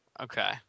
okay